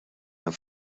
hemm